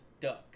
duck